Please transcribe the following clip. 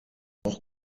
auch